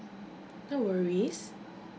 no worries